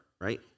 right